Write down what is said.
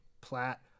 Platt